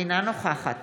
אינה נוכחת